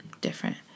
different